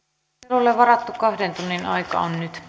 keskustelulle varattu kahden tunnin aika on